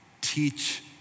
Teach